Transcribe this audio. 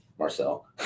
Marcel